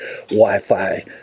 Wi-Fi